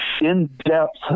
in-depth